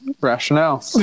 rationale